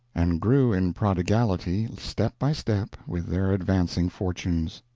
and grew in prodigality step by step with their advancing fortunes.